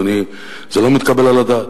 אדוני: זה לא מתקבל על הדעת.